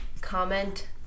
Comment